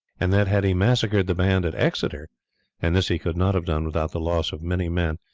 and that had he massacred the band at exeter and this he could not have done without the loss of many men,